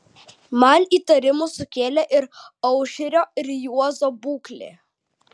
man įtarimų sukėlė ir aušrio ir juozo būklė